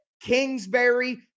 Kingsbury